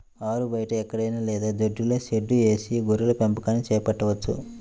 ఆరుబయట ఎక్కడైనా లేదా దొడ్డిలో షెడ్డు వేసి గొర్రెల పెంపకాన్ని చేపట్టవచ్చు